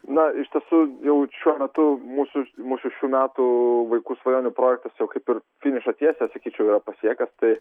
na iš tiesų jau šiuo metu mūsų mūsų šių metų vaikų svajonių projektas jau kaip ir finišo tiesiąją sakyčiau yra pasiekęs tai